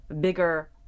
bigger